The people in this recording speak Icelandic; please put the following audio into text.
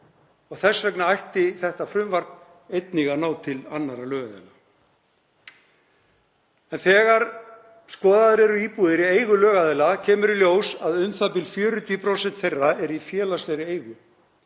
og þess vegna ætti þetta frumvarp einnig að ná til annarra lögaðila. Þegar skoðaðar eru íbúðir í eigu lögaðila kemur í ljós að u.þ.b. 40% þeirra er í félagslegri eigu,